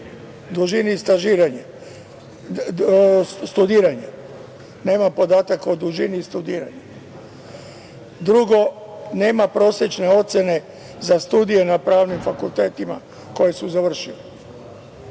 kandidata. Prvi, nema podataka o dužini studiranja, drugo nema prosečne ocene za studije na pravnim fakultetima, koje su završili. Kada